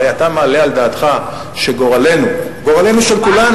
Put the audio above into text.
הרי אתה מעלה על דעתך שגורלנו, הגורל של כולנו,